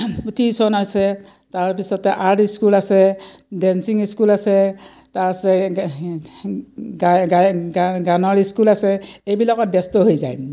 tuition আছে তাৰপিছতে art school আছে ডেঞ্চিং স্কুল আছে তাৰছে গানৰ স্কুল আছে এইবিলাকত ব্যস্ত হৈ যায়